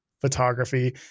photography